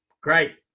Great